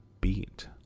beat